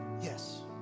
yes